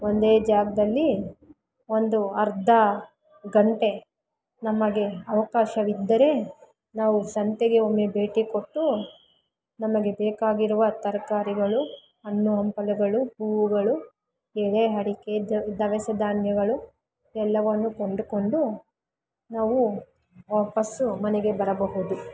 ಒಂದೇ ಜಾಗದಲ್ಲಿ ಒಂದು ಅರ್ಧ ಗಂಟೆ ನಮಗೆ ಅವಕಾಶವಿದ್ದರೆ ನಾವು ಸಂತೆಗೆ ಒಮ್ಮೆ ಭೇಟಿ ಕೊಟ್ಟು ನಮಗೆ ಬೇಕಾಗಿರುವ ತರಕಾರಿಗಳು ಹಣ್ಣು ಹಂಪಲುಗಳು ಹೂವುಗಳು ಎಲೆ ಅಡಿಕೆ ದವಸ ಧಾನ್ಯಗಳು ಎಲ್ಲವನ್ನು ಕೊಂಡುಕೊಂಡು ನಾವು ವಾಪಸ್ಸು ಮನೆಗೆ ಬರಬಹುದು